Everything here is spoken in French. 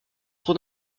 trop